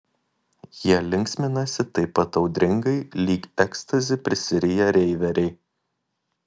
jie linksminasi taip pat audringai lyg ekstazi prisiriję reiveriai